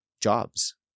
jobs